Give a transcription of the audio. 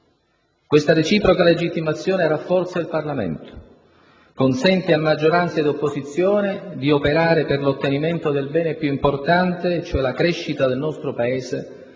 Questa reciproca legittimazione rafforza il Parlamento, consente a maggioranza e opposizione di operare per l'ottenimento del bene più importante, cioè la crescita del nostro Paese